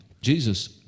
Jesus